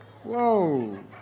Whoa